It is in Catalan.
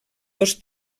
dos